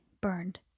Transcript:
burned